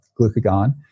glucagon